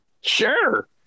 Sure